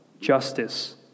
justice